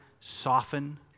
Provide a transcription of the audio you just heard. soften